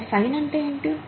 మరి సైన్ అంటే ఏంటి